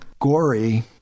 gory